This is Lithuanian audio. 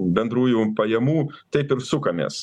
bendrųjų pajamų taip ir sukamės